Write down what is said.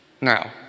Now